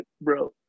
bro